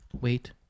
Wait